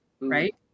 Right